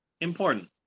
important